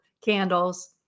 candles